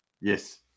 Yes